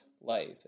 life